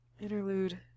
Interlude